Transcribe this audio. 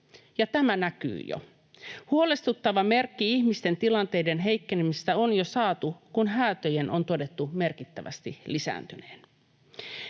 tämä näkyy jo. Huolestuttava merkki ihmisten tilanteiden heikkenemisestä on jo saatu, kun häätöjen on todettu merkittävästi lisääntyneen.